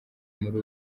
muri